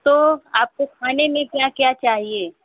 तो आपको खाने में क्या क्या चाहिए